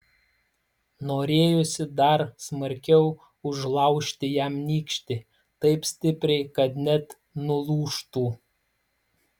norėjosi dar smarkiau užlaužti jam nykštį taip stipriai kad net nulūžtų